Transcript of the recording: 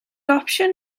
opsiwn